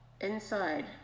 inside